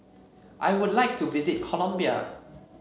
I would like to visit Colombia